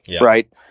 right